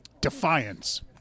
Defiance